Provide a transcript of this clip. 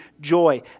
joy